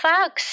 Fox